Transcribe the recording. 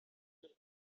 peter